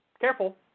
careful